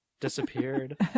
disappeared